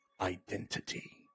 identity